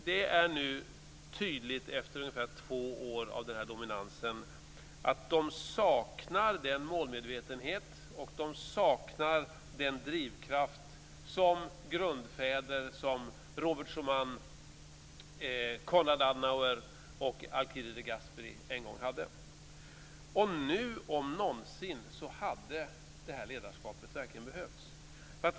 Det är nu tydligt efter ungefär två år av dominansen att de saknar den målmedvetenhet och den drivkraft som grundfäder som Robert Schuman, Konrad Adenauer och Alcide de Gasperi en gång hade. Nu, om någonsin, hade ledarskapet verkligen behövts.